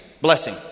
blessing